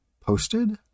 posted